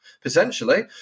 potentially